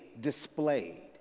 displayed